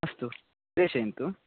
अस्तु प्रेषयन्तु